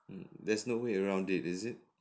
mm there's no way around it is it